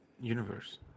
universe